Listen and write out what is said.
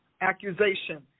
accusation